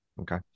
Okay